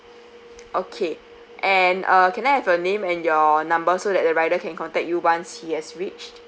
okay and uh can I have your name and your number so that the rider can contact you once he has reached